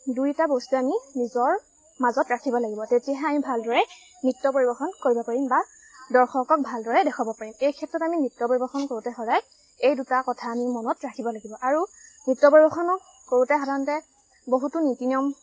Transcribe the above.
দুয়োটা বস্তুৱে আমি নিজৰ মাজত ৰাখিব লাগিব তেতিয়াহে আমি ভালদৰে নৃত্য পৰিৱেশন কৰিব পাৰিম বা দৰ্শকক ভালদৰে দেখুৱাব পাৰিম এই ক্ষেত্ৰত আমি নৃত্য পৰিৱেশন কৰোঁতে সদায় এই দুটা কথা আমি মনত ৰাখিব লাগিব আৰু নৃত্য পৰিৱেশনো কৰোঁতে সাধাৰণতে বহুতো নীতি নিয়ম